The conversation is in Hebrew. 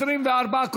24,